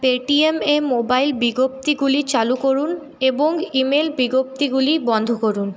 পেটিএমে মোবাইল বিজ্ঞপ্তিগুলি চালু করুন এবং ইমেল বিজ্ঞপ্তিগুলি বন্ধ করুন